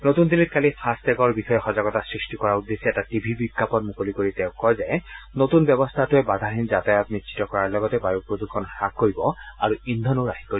নতুন দিল্লীত কালি ফাটটটগ বিষয়ে সজাগতা সৃষ্টি কৰাৰ উদ্দেশ্যে এটা টিভি বিজ্ঞাপন মুকলি কৰি তেওঁ কয় যে নতুন ব্যৱস্থাটোৱে বাধাহীন যাতায়াত নিশ্চিত কৰাৰ লগতে বায়ু প্ৰদূষণ হ্যাস কৰিব আৰু ইন্দনো ৰাহি কৰিব